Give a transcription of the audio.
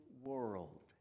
world